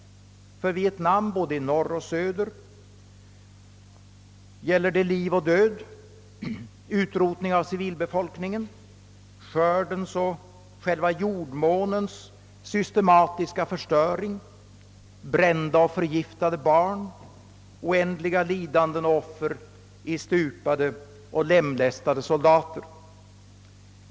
För Vietnam, både i norr och i söder, gäller det liv och död, utrotning av civilbefolkningen, skördens och själva jordmånens systematiska förstöring, brända och förgiftade barn, oändliga lidanden och offer i stupade och lemlästade soldater.